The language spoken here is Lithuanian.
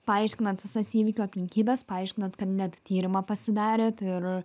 paaiškinant visas įvykio aplinkybes paaiškinant kad net tyrimą pasidarėt ir